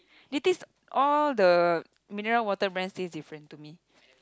they taste all the mineral water brands seem different to me